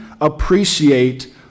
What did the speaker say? appreciate